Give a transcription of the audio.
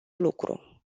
lucru